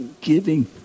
giving